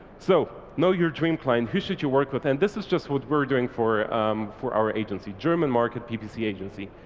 so know your dream client, who should you work with. and this is just what we're doing for um for our agency. german market ppc agency.